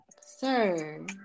Sir